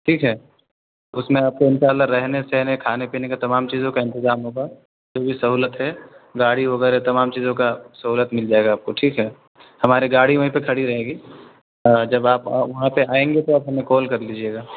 ٹھیک ہے اس میں آپ کو ان شاء اللہ رہنے سہنے کھانے پینے کا تمام چیزوں کا انتظام ہوگا پوری سہولت ہے گاڑی وغیرہ تمام چیزوں کا سہولت مل جائے گا آپ کو ٹھیک ہے ہماری گاڑی وہیں پہ کھڑی رہے گی اور جب آپ وہاں پہ آئیں گے تو آپ ہمیں کال کر لیجیے گا